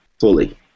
fully